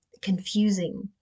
confusing